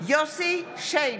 יוסף שיין,